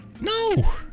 No